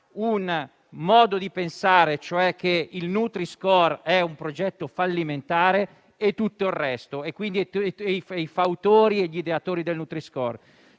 tra chi ritiene che il nutri-score è un progetto fallimentare e tutto il resto, quindi i fautori e gli ideatori del nutri-score.